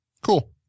Cool